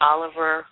Oliver